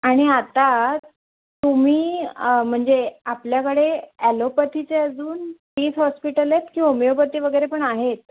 आणि आता तुम्ही म्हणजे आपल्याकडे ॲलोपथीचे अजून तीच हॉस्पिटल आहेत की होमिओपॅथी वगैरे पण आहेत